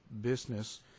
business